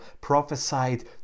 prophesied